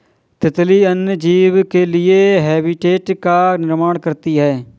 तितली अन्य जीव के लिए हैबिटेट का निर्माण करती है